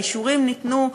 האישורים ניתנו,